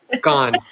gone